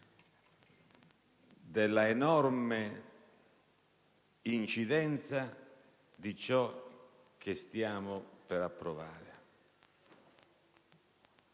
dell'enorme incidenza di ciò che stiamo per approvare.